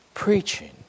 Preaching